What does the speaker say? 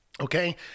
Okay